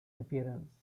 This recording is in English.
appearance